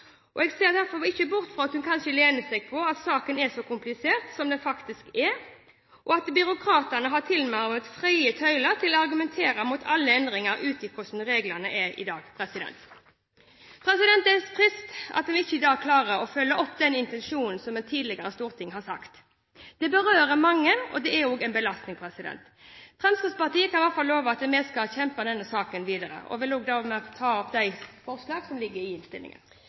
konstruktiv. Jeg ser derfor ikke bort fra at hun kanskje lener seg på at saken er så komplisert som den faktisk er, og at byråkratene har tilnærmet frie tøyler til å argumentere mot alle endringer, ut fra hvordan reglene er i dag. Det er trist at vi i dag ikke klarer å følge opp den intensjonen som et tidligere storting har gitt. Dette berører mange, og det er også en belastning. Vi i Fremskrittspartiet kan i hvert fall love at vi skal kjempe videre for denne saken. Jeg vil ta opp forslaget fra Fremskrittspartiet og Høyre, som er tatt inn i innstillingen.